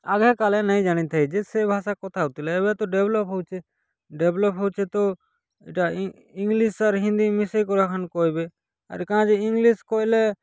ଆଗେ କାଳେ ନେଇ ଜାନି ଥାଏ ଯେ ସେ ଭାଷା କଥା ହଉଥିଲେ ଏବେ ତ ଡେଭ୍ଲପ୍ ହେଉଛି ଡେଭ୍ଲପ୍ ହେଉଛି ତ ଏଇଟା ଇଂ ଇଂଲିଶ୍ ଆରୁ ହିନ୍ଦୀ ମିଶେଇ କଥାନ୍ କହିବେ ଆମେ କାଁ ଯେ ଇଂଲିଶ୍ କହିଲେ